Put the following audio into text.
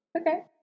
Okay